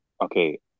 Okay